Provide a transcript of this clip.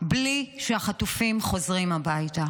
בלי שהחטופים חוזרים הביתה.